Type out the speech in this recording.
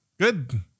Good